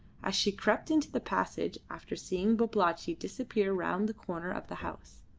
as she crept into the passage after seeing babalatchi disappear round the corner of the house.